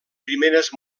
primeres